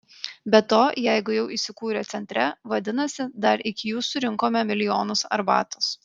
be to jeigu jau įsikūrę centre vadinasi dar iki jų surinkome milijonus arbatos